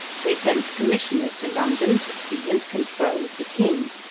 they sent commissioners to london to see and confer with the king,